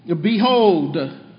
Behold